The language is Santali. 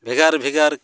ᱵᱷᱮᱜᱟᱨ ᱵᱷᱮᱜᱟᱨ